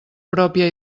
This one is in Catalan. pròpia